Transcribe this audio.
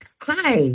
Hi